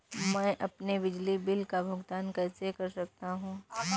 मैं अपने बिजली बिल का भुगतान कैसे कर सकता हूँ?